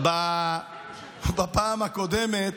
בפעם הקודמת,